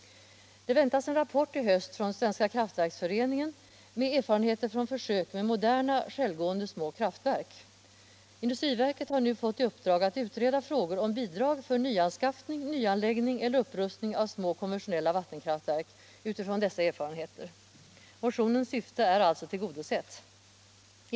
Det väntas en rapport i höst från Svenska kraftverksföreningen med redovisning av erfarenheter från försök med moderna självgående små kraftverk. Industriverket har nu fått i uppdrag att utreda frågor om bidrag för nyanskaffning, nyanläggning eller upprustning av små konventionella vattenkraftverk utifrån dessa erfarenheter. Motionens syfte är alltså tillgodosett.